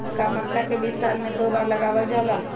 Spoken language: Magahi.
का मक्का के बीज साल में दो बार लगावल जला?